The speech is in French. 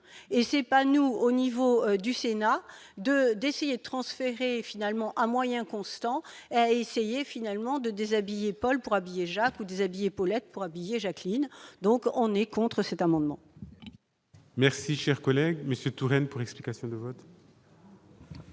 et c'est pas nous, au niveau du sénat de d'essayer de transférer finalement à moyen constant essayer finalement de déshabiller Paul pour habiller Jacques ou déshabillée Paulette pour habiller Jacqueline, donc on est contre cet amendement. Merci, cher collègue Monsieur Touraine pour explication.